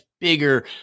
bigger